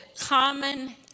common